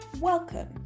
Welcome